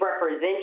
represent